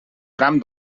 tram